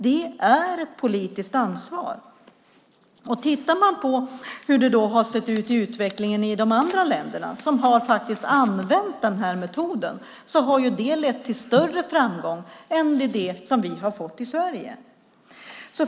Det är ett politiskt ansvar. Tittar man på hur utvecklingen har sett ut i de länder som har använt denna metod har det lett till större framgång än vi har fått i Sverige.